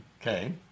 Okay